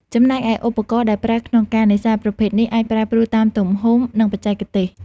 ចំណែកឯ ឧបករណ៍ដែលប្រើក្នុងការនេសាទប្រភេទនេះ អាចប្រែប្រួលតាមទំហំ និងបច្ចេកទេស។